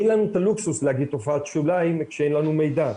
אין לנו את הלוקסוס להגיד שזו תופעת שוליים כשאין לנו מידע,